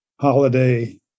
holiday